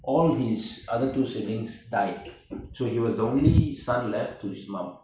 all his other two siblings died so he was the only son left to his mum